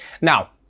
Now